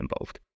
involved